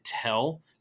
tell